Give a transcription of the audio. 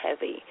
heavy